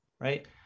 right